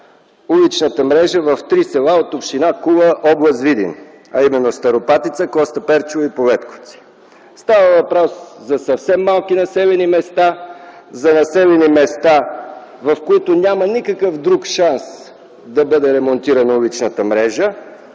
уличната мрежа в три села от община Кула – област Видин, а именно Старопатица, Костаперчево и Полетковци. Става въпрос за съвсем малки населени места, за населени места, в които няма никакъв друг шанс да бъде ремонтирана уличната мрежа.